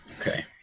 Okay